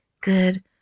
good